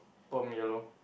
perm yellow